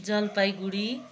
Jalpaiguri